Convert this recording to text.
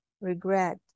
regret